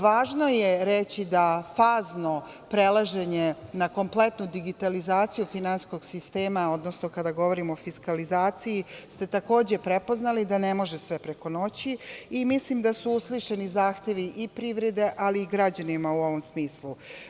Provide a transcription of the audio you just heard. Važno je reći da fazno prelaženje na kompletnu digitalizaciju finansijskog sistema, odnosno kada govorimo o fiskalizaciji, ste takođe prepoznali da ne može sve preko noći i mislim da su uslišeni zahtevi i privrede ali i građanima u ovom smislu.